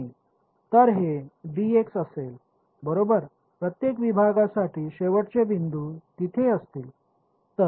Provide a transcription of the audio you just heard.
तर हे d x असेल बरोबर प्रत्येक विभागासाठी शेवटचे बिंदू तिथे असतील